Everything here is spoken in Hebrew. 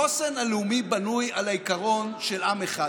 החוסן הלאומי בנוי על העיקרון של עם אחד.